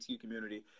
community